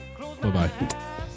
Bye-bye